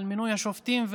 על מינוי השופטים,